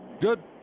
good